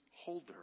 holder